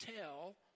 tell